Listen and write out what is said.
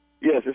Yes